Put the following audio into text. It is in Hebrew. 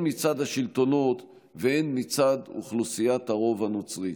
מצד השלטונות והן מצד אוכלוסיית הרוב הנוצרית.